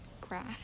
graph